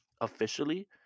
officially